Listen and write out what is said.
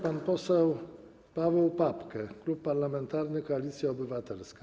Pan poseł Paweł Papke, Klub Parlamentarny Koalicja Obywatelska.